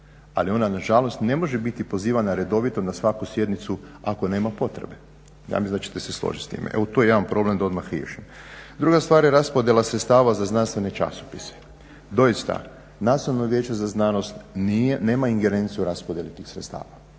Ali ona na žalost ne može biti pozivana redovito na svaku sjednicu ako nema potrebe. Ja mislim da ćete se složiti s time. Evo to je jedan problem da odmah riješim. Druga stvar je raspodjela sredstava za znanstvene časopise. Doista Nastavno vijeće za znanost nema ingerenciju raspodjele tih sredstava.